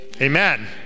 Amen